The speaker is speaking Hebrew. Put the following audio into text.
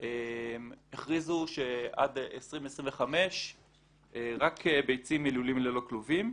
הכריזו שעד 2025 רק ביצים מלולים ללא כלובים.